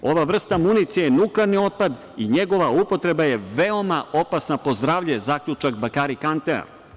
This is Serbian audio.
Ova vrsta municije je nuklearni otpad i njegova upotreba je veoma opasna po zdravlje, zaključak Bakari Kantea.